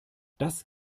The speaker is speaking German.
das